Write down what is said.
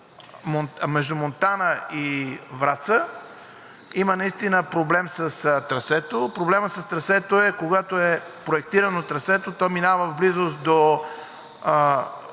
между Монтана и Враца наистина има проблем с трасето. Проблемът с трасето е, че когато е проектирано трасето, то минава в близост до